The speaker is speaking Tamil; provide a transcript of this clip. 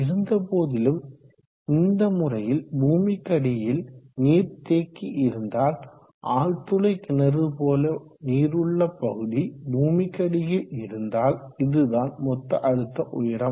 இருந்தபோதிலும் இந்த முறையில் பூமிக்கடியில் நீர் தேக்கி இருந்தால் ஆழ்துளை கிணறு போல நீர் உள்ள பகுதி பூமிக்கடியில் இருந்தால் இதுதான் மொத்த அழுத்த உயரம்